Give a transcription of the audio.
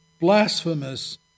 blasphemous